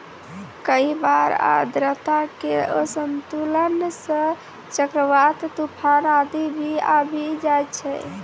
कई बार आर्द्रता के असंतुलन सं चक्रवात, तुफान आदि भी आबी जाय छै